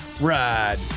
ride